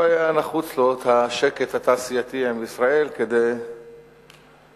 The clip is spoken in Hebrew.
היה נחוץ לו השקט התעשייתי עם ישראל כדי לעקוף